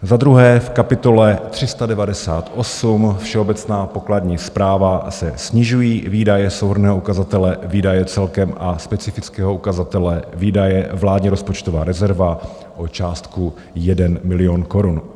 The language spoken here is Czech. Za druhé, v kapitole 398, Všeobecná pokladní správa, se snižují výdaje souhrnného ukazatele Výdaje celkem a specifického ukazatele Výdaje vládní rozpočtová rezerva o částku 1 milion korun.